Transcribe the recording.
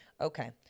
Okay